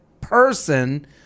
person